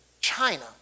China